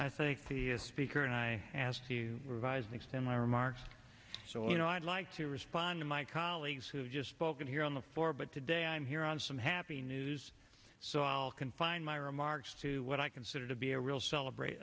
i think the speaker and i asked to revise and extend my remarks so you know i'd like to respond to my colleagues who just spoken here on the floor but today i'm here on some happy news so i'll confine my remarks to what i consider to be a real celebrate